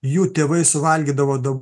jų tėvai suvalgydavo daug